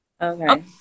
Okay